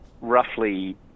roughly